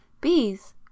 bees